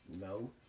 No